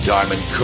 Diamond